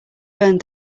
burned